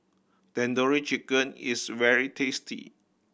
Tandoori Chicken is very tasty